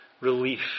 relief